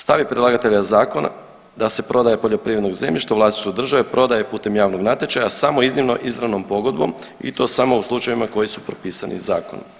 Stav je predlagatelja zakona da se prodaja poljoprivrednog zemljišta u vlasništvu države prodaje putem javnog natječaja samo iznimno izravnom pogodbom i to samo u slučajevima koji su propisani zakonom.